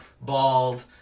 bald